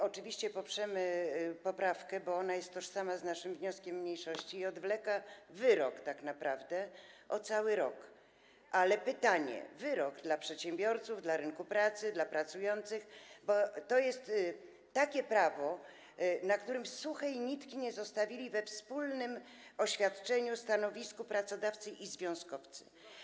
Oczywiście poprzemy poprawkę, bo ona jest tożsama z naszym wnioskiem mniejszości i odwleka wyrok tak naprawdę o cały rok, ale pytanie... wyrok dla przedsiębiorców, dla rynku pracy, dla pracujących, bo to jest takie prawo, na którym suchej nitki nie zostawili we wspólnym oświadczeniu, wspólnym stanowisku pracodawcy i związkowcy.